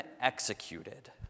executed